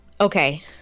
Okay